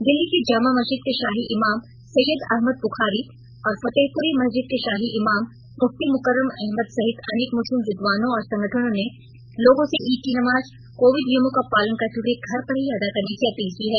दिल्ली के जामा मस्जिद के शाही इमाम सैय्यद अहमद बुखारी और फतेहपुरी मस्जिद के शाही इमाम मुफ्ती मुकर्रम अहमद सहित अनेक मुस्लिम विद्वानों और संगठनों ने लोगों से ईद की नमाज कोविड नियमों का पालन करते हुए घर पर ही अदा करने की अपील की है